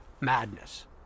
madness